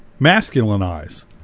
masculinize